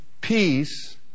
peace